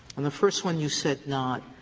and the first one you said not.